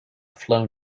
flown